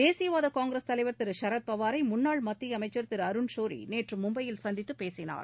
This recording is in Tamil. தேசியவாத காங்கிரஸ் தலைவா் திரு சரத் பவாரை முன்னாள் மத்திய அமைச்சா் திரு அருண் ஷோரி நேற்று மும்பையில் சந்தித்து பேசினார்